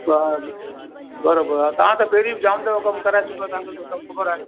हा बराबरि आहे तव्हां त पहिरीं बि जामु दफ़ा कमु कराए चुका आहियो तव्हां खे त सभु ख़बर आहे